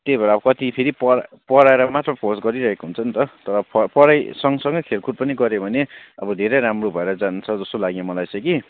त्यही भएर कति फेरि पढाई पढाईलाई मात्र फोर्स गरिरहेको हुन्छ नि त पढाईसँगसँगै खेलकुद पनि गऱ्यो भने अब धेरै राम्रो भएर जान्छ जस्तो लाग्यो मलाई चाहिँ कि